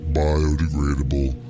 biodegradable